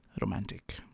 romantic